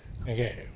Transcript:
Okay